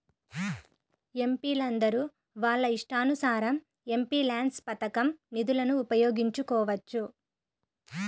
ఎంపీలందరూ వాళ్ళ ఇష్టానుసారం ఎంపీల్యాడ్స్ పథకం నిధులను ఉపయోగించుకోవచ్చు